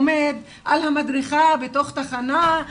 עומד על המדרכה בתוך תחנה,